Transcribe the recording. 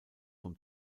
vom